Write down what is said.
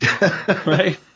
Right